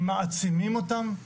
מעצימים אותם,